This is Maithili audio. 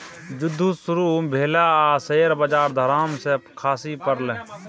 जुद्ध शुरू भेलै आ शेयर बजार धड़ाम सँ खसि पड़लै